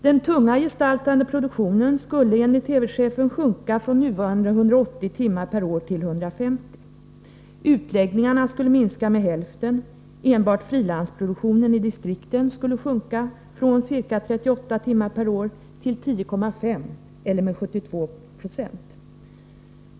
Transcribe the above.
Den tunga gestaltande produktionen skulle, enligt TV-chefen, sjunka från nuvarande 180 timmar per år till 150. Utläggningarna skulle minska med hälften— enbart frilansproduktionen i distrikten skulle sjunka från ca 38 timmar per år till 10,5 eller med 72 Zo.